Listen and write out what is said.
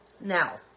Now